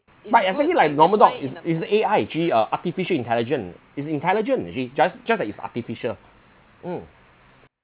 but like normal dog is is A_I actually uh artificial intelligence it's intelligent actually just just that it's artificial mm